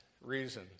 reason